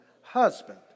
husband